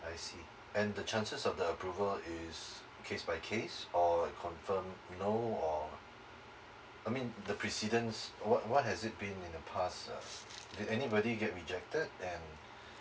I see and the chances of the approval is case by case or it confirm you know or I mean the precedence what what has it been in the past uh did anybody get rejected and